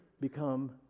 become